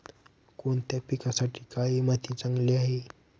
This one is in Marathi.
कोणत्या पिकासाठी काळी माती चांगली आहे?